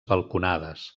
balconades